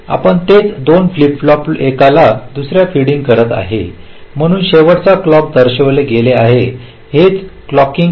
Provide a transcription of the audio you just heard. आपण तेच 2 flip flop एकाला दुसर्याला फीडिंग करत आहात म्हणून शेवटचे क्लॉक दर्शविले गेले आहे हेच क्लॉकिंग आहे